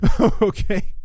okay